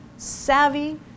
savvy